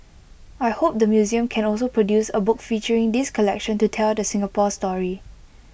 I hope the museum can also produce A book featuring this collection to tell the Singapore story